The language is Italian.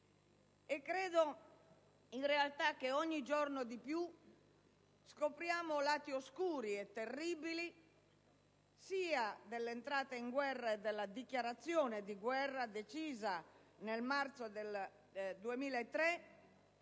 mi sembra che ogni giorno di più scopriamo lati oscuri e terribili, sia in ordine all'entrata in guerra e alla dichiarazione di guerra decisa nel marzo 2003,